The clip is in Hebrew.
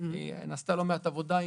נעשתה לא מעט עבודה.